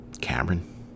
Cameron